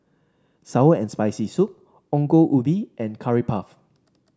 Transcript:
sour and Spicy Soup Ongol Ubi and Curry Puff